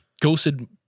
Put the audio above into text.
ghosted